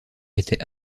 était